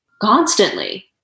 constantly